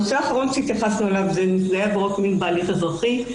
הנושא האחרון שהתייחסנו אליו הוא נפגעי עבירות מין בהליך אזרחי.